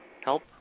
help